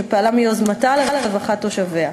שפעלה מיוזמתה לרווחת תושביה.